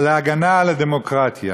ההגנה על הדמוקרטיה